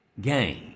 Game